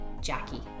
Jackie